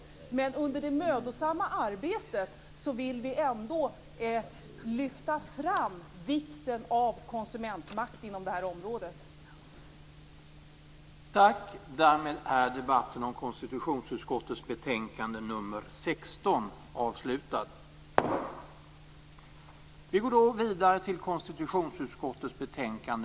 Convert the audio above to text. Men under det mödosamma arbetet vill vi ändå lyfta fram vikten av konsumentmakt inom det här området.